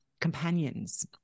companions